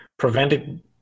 prevented